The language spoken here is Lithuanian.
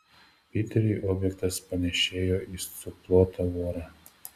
piteriui objektas panėšėjo į suplotą vorą